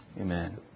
Amen